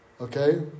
Okay